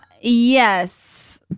Yes